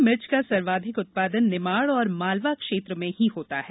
में मिर्च का सर्वाधिक उत्पादन निमाड़ और मालवा क्षेत्र में ही होता हैं